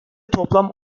toplam